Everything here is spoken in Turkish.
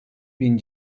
bin